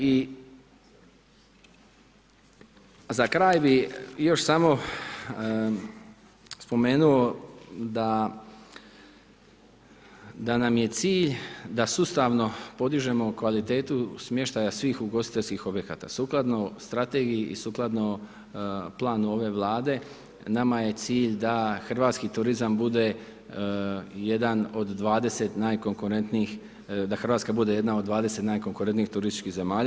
I za kraj bi još samo spomenuo da nam je cilj da sustavno podižemo kvalitetu smještaja svih ugostiteljskih objekata, sukladno strategiji i sukladno planu ove vlade, nama je cilj da hrvatski turizam bude jedan od 20 najkonkurentnijih, da Hrvatska bude jedna od 20 najkonkurentnijih turističkih zemalja.